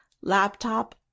laptop